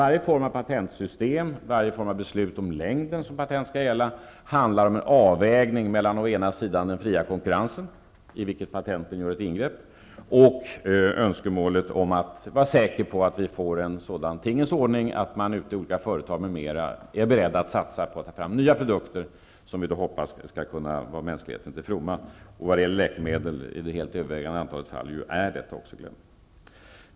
Varje form av patentsystem och varje form av beslut om längden som patenten skall gälla handlar om en avvägning mellan å ena sidan den fria konkurrensen, i vilken patenten gör ett ingrepp, och å andra sidan önskemålet om att vara säker på att vi får en sådan tingens ordning att man ute i olika företag m.m. är beredd att satsa på att ta fram nya produkter som vi hoppas skall kunna komma mänskligheten till fromma. Och så är fallet när det gäller det helt övervägande antalet läkemedel.